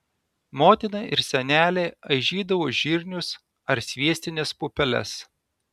motina ir senelė aižydavo žirnius ar sviestines pupeles